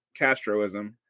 Castroism